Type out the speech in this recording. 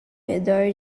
redor